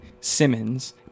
Simmons